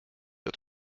der